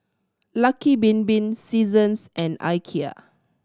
Lucky Bin Bin Seasons and Ikea